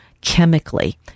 chemically